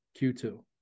Q2